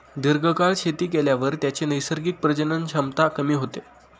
दीर्घकाळ शेती केल्यावर त्याची नैसर्गिक प्रजनन क्षमता कमी होते